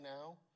now